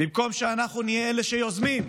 במקום שאנחנו נהיה אלה שיוזמים,